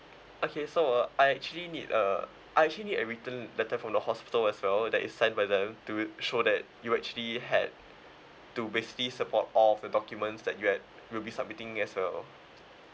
okay so uh I actually need a I actually need a written letter from the hospital as well that is signed by them to show that you actually had to basically support all of the documents that you had you'll be submitting as well